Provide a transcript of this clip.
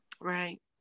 Right